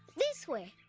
this way!